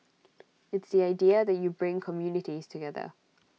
it's the idea that you bring communities together